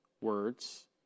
words